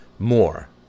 More